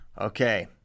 Okay